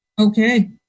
okay